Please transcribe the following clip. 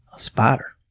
a spider.